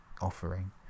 offering